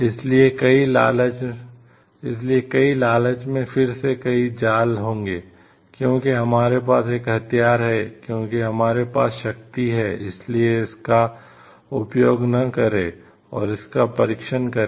इसलिए कई लालच में फिर से कई जाल होंगे क्योंकि हमारे पास एक हथियार है क्योंकि हमारे पास शक्ति है इसलिए इसका उपयोग न करें और इसका परीक्षण करें